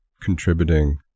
contributing